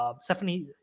stephanie